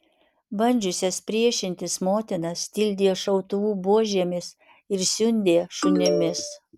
bandžiusias priešintis motinas tildė šautuvų buožėmis ir siundė šunimis